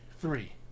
three